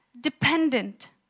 dependent